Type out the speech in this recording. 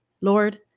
Lord